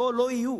פה לא יהיו,